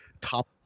top